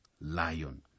lion